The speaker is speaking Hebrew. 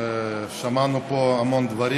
שמענו פה המון דברים,